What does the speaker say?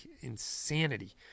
insanity